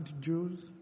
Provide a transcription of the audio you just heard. Jews